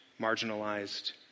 marginalized